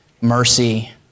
mercy